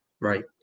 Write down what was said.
right